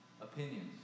opinions